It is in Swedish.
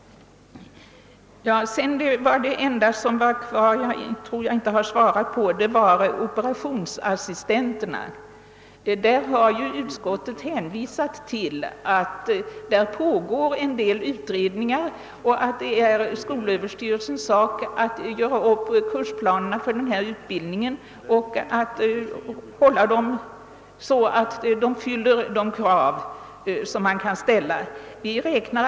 När det gäller operationsassistenterna — den enda fråga som jag tror återstår obesvarad från min sida — har utskottet hänvisat till att det pågår en del utredningar och att det är skolöverstyrelsens sak att göra upp kursplanerna för utbildningen på ett sådant sätt, att de fyller de krav som man kan ställa i det avseendet.